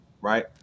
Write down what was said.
right